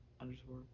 underscore